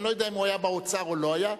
אני לא יודע אם הוא היה באוצר או לא היה,